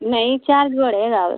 नहीं चार्ज बढ़ेगा